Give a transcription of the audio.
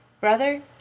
Brother